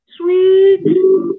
Sweet